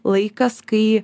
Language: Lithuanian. laikas kai